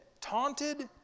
taunted